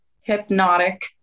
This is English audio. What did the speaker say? hypnotic